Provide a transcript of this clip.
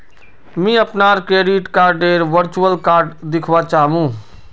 मी अपनार क्रेडिट कार्डडेर वर्चुअल कार्ड दखवा चाह मु